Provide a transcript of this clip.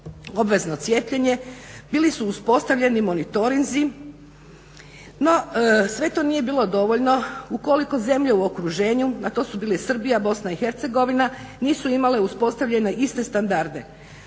obvezno cijepljenje bili su uspostavljeni monitorinzi no sve to nije bilo dovoljno ukoliko zemlje u okruženju, a to su bile Srbija, BiH, nisu imale uspostavljene iste standarde.